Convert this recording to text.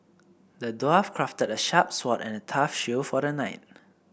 the dwarf crafted a sharp sword and a tough shield for the knight